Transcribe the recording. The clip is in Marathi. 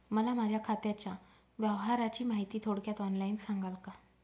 मला माझ्या खात्याच्या व्यवहाराची माहिती थोडक्यात ऑनलाईन सांगाल का?